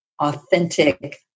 authentic